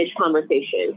conversation